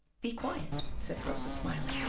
be quiet, said rosa, smiling,